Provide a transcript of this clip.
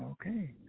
Okay